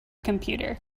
computer